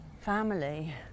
family